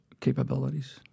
capabilities